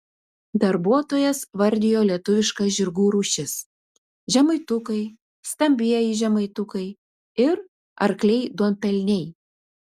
darbuotojas vardijo lietuviškas žirgų rūšis žemaitukai stambieji žemaitukai ir arkliai duonpelniai